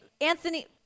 Anthony